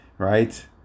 Right